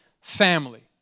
family